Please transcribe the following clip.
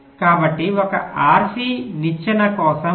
కాబట్టి ఒక RC నిచ్చెన కోసం ఇది